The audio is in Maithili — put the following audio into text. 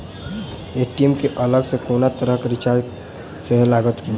ए.टी.एम केँ अलग सँ कोनो तरहक चार्ज सेहो लागत की?